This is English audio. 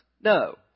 no